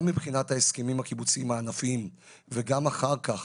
גם מבחינת ההסכמים הקיבוציים הענפיים וגם אחר כך